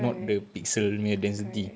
correct correct